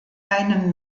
einem